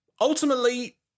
ultimately